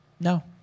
no